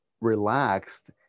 relaxed